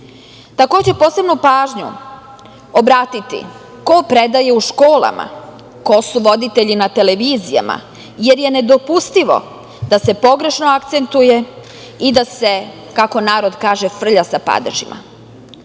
jezika. Posebnu pažnju treba obratiti ko predaje u školama, ko su voditelji na televizijama, jer je nedopustivo da se pogrešno akcentuje i da se, kako narod kaže - frlja sa padežima. Da